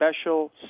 special